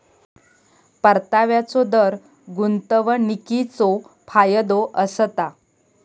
परताव्याचो दर गुंतवणीकीचो फायदो असता